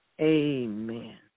Amen